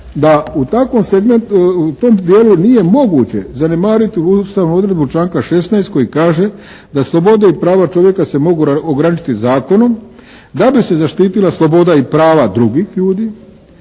u tom dijelu nije moguće zanemariti ustavnu odredbu članka 16. koji kaže da slobode i prava čovjeka se mogu ograničiti zakonom da bi se zaštitila sloboda i prava drugih ljudi